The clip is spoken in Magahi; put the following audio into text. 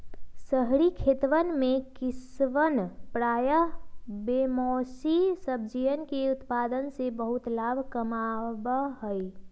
शहरी खेतवन में किसवन प्रायः बेमौसमी सब्जियन के उत्पादन से बहुत लाभ कमावा हई